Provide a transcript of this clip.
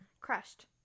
crushed